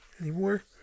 anymore